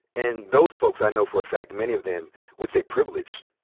and those folks, i know for a fact, many of them would say, privilege?